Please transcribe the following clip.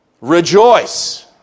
Rejoice